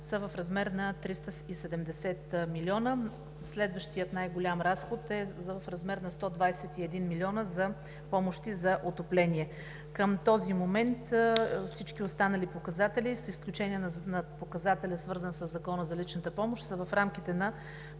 са в размер на 370 млн. лв. Следващият най-голям разход е в размер на 121 млн. лв. за помощи за отопление. Към този момент всички останали показатели с изключение на показателя, свързан със Закона за личната помощ, са в рамките на